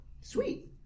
Sweet